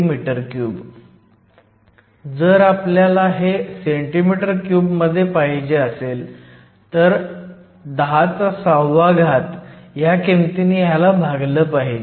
जर आपल्याला हे cm3 मध्ये पाहिजे असेल तर 106 नी भागलं पाहिजे